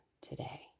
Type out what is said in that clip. today